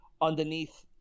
underneath